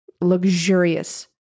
luxurious